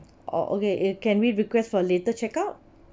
oh okay it can we request for later check out